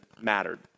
mattered